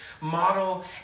model